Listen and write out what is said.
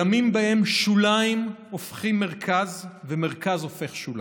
ימים שבהם שוליים הופכים מרכז ומרכז הופך שוליים,